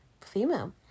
female